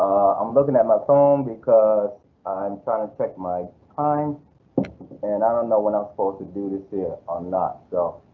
i'm looking at my phone because i'm trying to check my time and i don't know when i'm supposed to do this yet ah or not so.